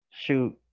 shoot